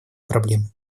проблемы